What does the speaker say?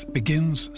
begins